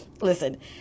Listen